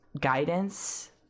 guidance